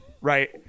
right